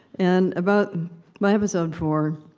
and about by episode four,